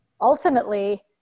ultimately